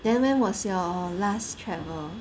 then when was your last travel